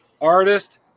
artist